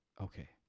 Okay